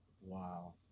Wow